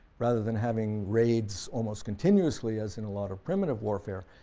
rather than having raids almost continuously as in a lot of primitive warfare,